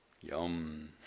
Yum